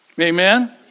amen